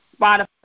Spotify